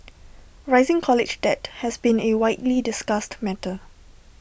rising college debt has been A widely discussed matter